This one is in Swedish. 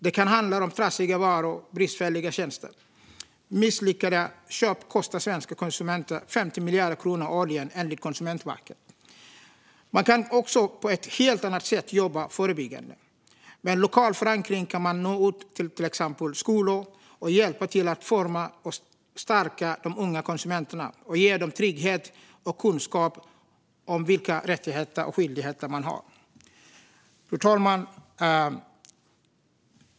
Det kan handla om trasiga varor och bristfälliga tjänster. Misslyckade köp kostar svenska konsumenter 50 miljarder kronor årligen, enligt Konsumentverket. Man kan också på ett helt annat sätt jobba förebyggande. Med en lokal förankring kan man till exempel nå ut till skolor och hjälpa till att forma och stärka de unga konsumenterna och ge dem trygghet och kunskap om vilka rättigheter och skyldigheter de har. Fru talman!